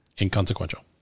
inconsequential